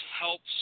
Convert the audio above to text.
helps